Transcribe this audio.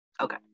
Okay